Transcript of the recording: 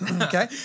Okay